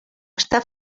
està